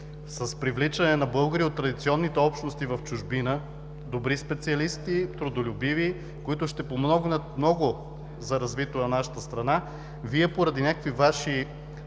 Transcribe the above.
с привличане на българи от традиционните общности в чужбина, добри специалисти, трудолюбиви, които ще помогнат много за развитието на нашата страна, Вие поради някакви Ваши